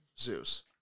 Zeus